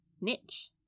Niche